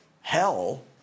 hell